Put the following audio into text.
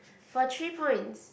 for three points